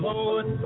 Lord